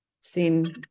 seen